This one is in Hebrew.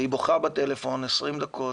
והיא בוכה בטלפון 20 דקות,